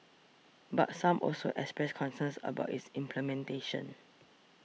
but some also expressed concerns about its implementation